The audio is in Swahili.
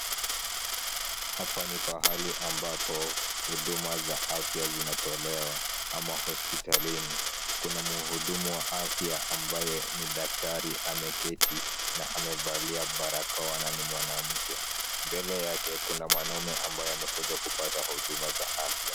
Hapa ni pahali ambapo huduma za afya zinatolewa ama hospitalini. Kuna muhudumu wa afya ambaye ni daktari ameketi na amevalia barakoa na ni mwanamke. Mbele yake kuna mwanaume ambaye amekuja kupata huduma za afya.